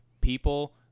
people